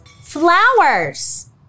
flowers